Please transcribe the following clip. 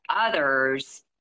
others